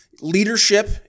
leadership